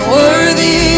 worthy